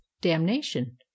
damnation